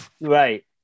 Right